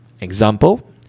example